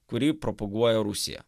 kurį propaguoja rusija